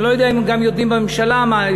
אני לא יודע אם גם יודעים בממשלה מה.